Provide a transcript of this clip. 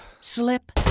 slip